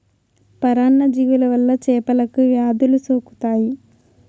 పరాన్న జీవుల వల్ల చేపలకు వ్యాధులు సోకుతాయి